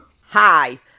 Hi